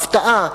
הפתעה,